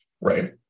right